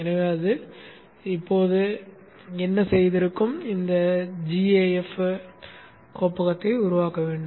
எனவே அது இப்போது என்ன செய்திருக்கும் இந்த gaf கோப்பகத்தை உருவாக்க வேண்டும்